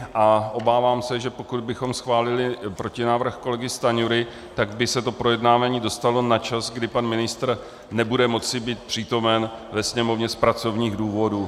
A obávám se, že pokud bychom schválili protinávrh kolegy Stanjury, tak by se to projednávání dostalo na čas, kdy pan ministr nebude moci být přítomen ve Sněmovně z pracovních důvodů.